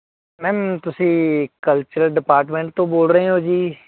ma'am ਤੁਸੀਂ cultural department ਤੋਂ ਬੋਲ ਰਹੇ ਹੋ ਜੀ